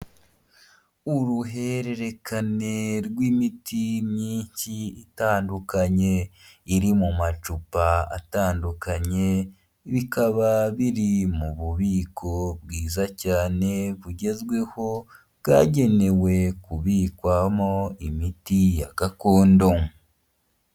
Uruhererekane rw'imiti myinshi itandukanye, iri mu macupa atandukanye, bikaba biri mu bubiko bwiza cyane bugezweho, bwagenewe kubikwamo imiti ya gakondo.